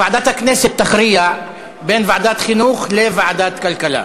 ועדת הכנסת תכריע בין ועדת חינוך לוועדת כלכלה.